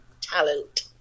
talent